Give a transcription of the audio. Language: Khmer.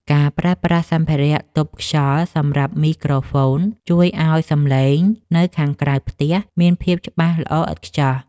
ការប្រើប្រាស់សម្ភារៈទប់ខ្យល់សម្រាប់មីក្រូហ្វូនជួយឱ្យសំឡេងនៅខាងក្រៅផ្ទះមានភាពច្បាស់ល្អឥតខ្ចោះ។